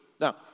Now